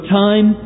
time